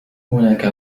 هناك